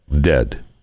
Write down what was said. Dead